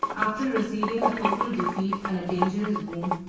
after receiving a total defeat and a dangerous wound,